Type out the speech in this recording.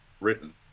written